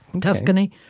Tuscany